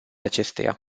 acesteia